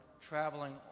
traveling